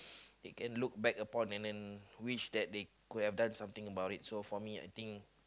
they can look back upon and then wish that they could have done something about it